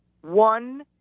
One